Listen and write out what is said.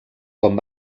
com